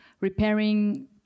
repairing